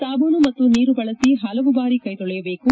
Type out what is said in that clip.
ಸಾಬೂನು ಮತ್ತು ನೀರು ಬಳಸಿ ಹಲವು ಬಾರಿ ಕ್ಕೆ ತೊಳೆಯಬೇಕು